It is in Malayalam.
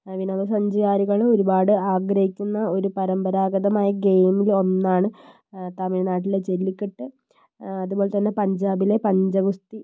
വിനോദ സഞ്ചാരികൾ ഒരുപാട് ആഗ്രഹിക്കുന്ന ഒരു പരമ്പരാഗതമായ ഗേമിലൊന്നാണ് തമിഴ്നാട്ടിലെ ജെല്ലിക്കെട്ട് അതുപോലെതന്നെ പഞ്ചാബിലെ പഞ്ചഗുസ്തി